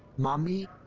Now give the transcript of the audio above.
mommy?